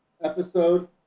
episode